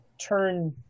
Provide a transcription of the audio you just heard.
turn